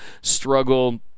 struggle